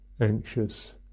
anxious